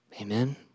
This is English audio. Amen